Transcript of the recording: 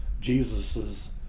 Jesus's